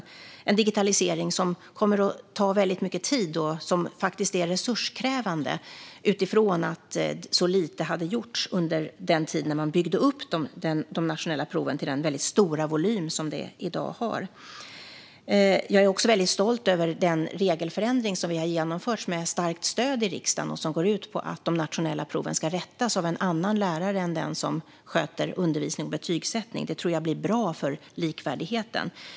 Det är en digitalisering som kommer att ta mycket tid och faktiskt är resurskrävande eftersom så lite hade gjorts under den tid då man byggde upp de nationella proven till den stora volym de i dag har. Jag är också väldigt stolt över den regelförändring som vi har genomfört med starkt stöd i riksdagen och som går ut på att de nationella proven ska rättas av en annan lärare än den som sköter undervisning och betygsättning. Det tror jag blir bra för likvärdigheten.